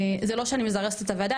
זה לא שאני מזרזת את הוועדה,